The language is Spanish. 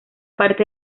parte